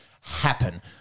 happen